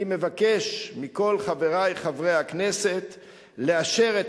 אני מבקש מכל חברי חברי הכנסת לאשר את